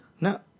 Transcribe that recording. No